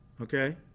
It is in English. okay